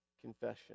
confession